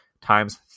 times